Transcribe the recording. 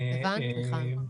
הבנת מיכל?